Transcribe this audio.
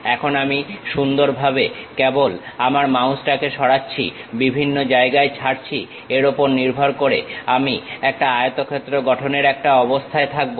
এখন আমি কেবল সুন্দরভাবে আমার মাউসটাকে সরাচ্ছি বিভিন্ন জায়গায় ছাড়ছি এর উপর নির্ভর করে আমি একটা আয়তক্ষেত্র গঠনের একটা অবস্থায় থাকবো